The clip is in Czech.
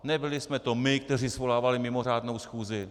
Nebyli jsme to my, kteří svolávali mimořádnou schůzi!